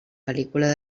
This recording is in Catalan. pel·lícula